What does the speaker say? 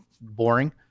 boring